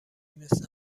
مثل